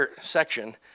section